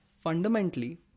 fundamentally